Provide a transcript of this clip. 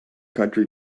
country